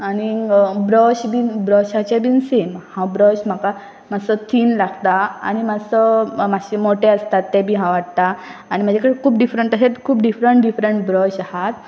आनीक ब्रश बीन ब्रशाचे बीन सेम हांव ब्रश म्हाका मातसो थीन लागता आनी मातसो मात्शे मोटे आसता ते बी हांव हाडटां आनी म्हाजे कडे खूब डिफरंट तशेंत खूब डिफरंट डिफरंट ब्रश आसात